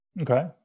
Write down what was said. Okay